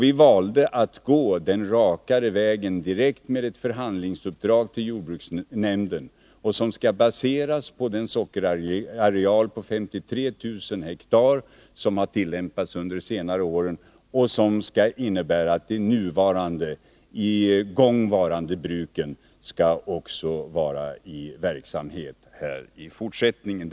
Vi valde att gå den rakare vägen, direkt med ett förhandlingsuppdrag till jordbruksnämnden. Det skall baseras på den sockerbetsareal på 53 000 hektar som har tillämpats under senare år och som skall innebära att de i gång varande bruken skall kunna vara i verksamhet också i fortsättningen.